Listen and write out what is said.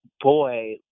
boy